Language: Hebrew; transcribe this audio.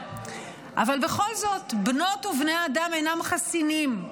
אבל בכל זאת בנות ובני האדם אינם חסינים.